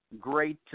great